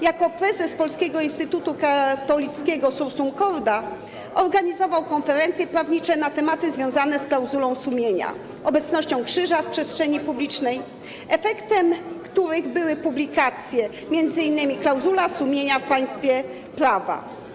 Jako prezes Polskiego Instytutu Katolickiego Sursum Corda organizował konferencje prawnicze na tematy związane z klauzulą sumienia, obecnością krzyża w przestrzeni publicznej, których efektem były publikacje, m.in. „Klauzula sumienia w państwie prawa”